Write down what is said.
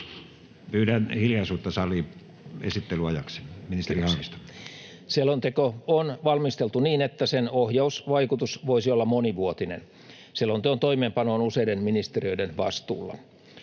ja ihmisoikeustoimintaa. Kiitoksia. — Selonteko on valmisteltu niin, että sen ohjausvaikutus voisi olla monivuotinen. Selonteon toimeenpano on useiden ministeriöiden vastuulla.